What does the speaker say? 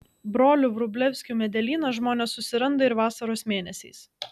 brolių vrublevskių medelyną žmonės susiranda ir vasaros mėnesiais